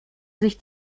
sich